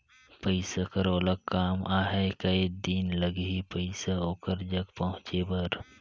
पइसा कर ओला काम आहे कये दिन लगही पइसा ओकर जग पहुंचे बर?